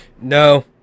no